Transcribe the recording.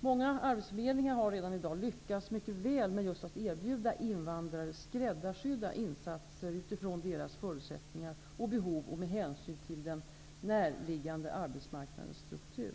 Många arbetsförmedlingar har redan i dag lyckats mycket väl just med att erbjuda invandrare skräddarsydda insatser utifrån deras förutsättningar och behov och med hänsyn till den närliggande arbetsmarknadens struktur.